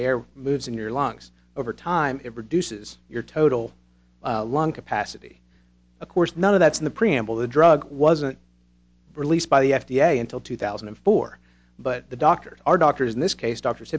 the air moves in your lungs over time it reduces your total lung capacity of course none of that's in the preamble the drug wasn't released by the f d a until two thousand and four but the doctors are doctors in this case d